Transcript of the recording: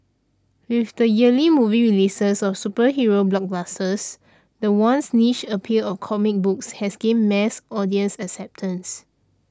with the yearly movie releases of superhero blockbusters the once niche appeal of comic books has gained mass audience acceptance